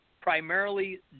primarily